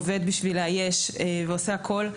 עובד בשביל לאייש ועושה הכול,